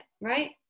right